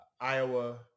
Iowa